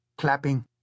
clapping